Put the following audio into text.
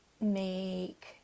make